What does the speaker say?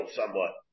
somewhat